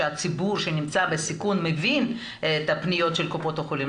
שהציבור שנמצא בסיכון מבין את הפניות של קופות החולים.